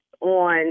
on